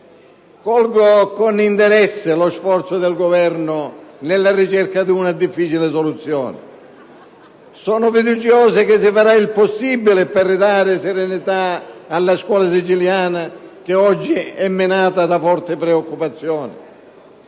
Colgo con interesse lo sforzo del Governo nella ricerca di una difficile soluzione. Sono fiducioso che si farà il possibile per ridare serenità alla scuola siciliana, che oggi è minata da forti preoccupazioni.